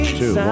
two